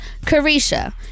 Carisha